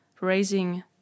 raising